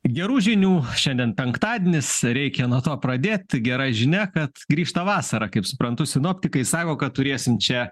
gerų žinių šiandien penktadienis reikia nuo to pradėt gera žinia kad grįžta vasara kaip suprantu sinoptikai sako kad turėsim čia